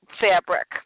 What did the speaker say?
fabric